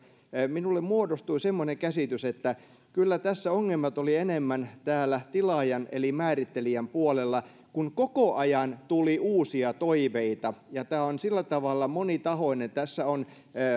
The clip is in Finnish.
minulle muodostui semmoinen käsitys että kyllä tässä ongelmat olivat enemmän täällä tilaajan eli määrittelijän puolella kun koko ajan tuli uusia toiveita tämä on sillä tavalla monitahoinen että tässä on